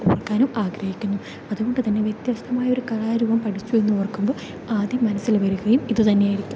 ഓർക്കാനും ആഗ്രഹിക്കുന്നു അതുകൊണ്ടുതന്നെ വ്യത്യസ്തമായൊരു കലാരൂപം പഠിച്ചു എന്നോർക്കുമ്പോൾ ആദ്യം മനസ്സിൽ വരികയും ഇതു തന്നെയായിരിക്കും